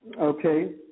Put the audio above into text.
Okay